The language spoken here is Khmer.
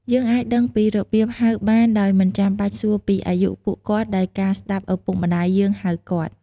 យើងអាចដឹងពីរបៀបហៅបានដោយមិនបាច់សួរពីអាយុពួកគាត់ដោយការស្តាប់ឪពុកម្តាយយើងហៅគាត់។